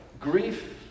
Grief